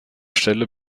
stelle